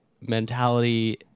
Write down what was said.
Mentality